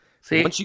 see